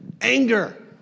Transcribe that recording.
anger